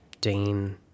Dean